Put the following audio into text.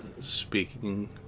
speaking